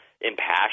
impassioned